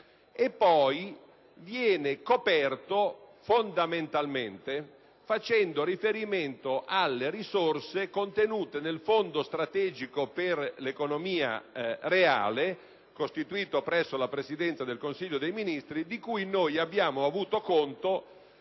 poi coperto fondamentalmente facendo riferimento alle risorse contenute nel Fondo strategico per il Paese a sostegno dell'economia reale, costituito presso la Presidenza del Consiglio dei ministri, e di cui noi abbiamo avuto conto,